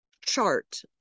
chart